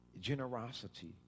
generosity